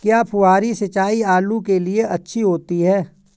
क्या फुहारी सिंचाई आलू के लिए अच्छी होती है?